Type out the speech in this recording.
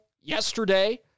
yesterday